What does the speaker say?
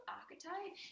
archetype